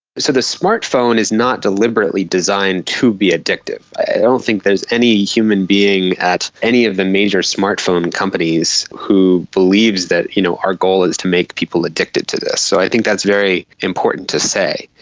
so the smart phone is not deliberately designed to be addictive. i don't think there's any human being at any of the major smart phone companies who believes that you know our goal is to make people addicted to this, so i think that's very important to say.